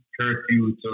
curfew